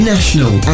National